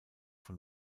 von